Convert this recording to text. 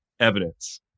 Evidence